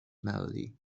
melody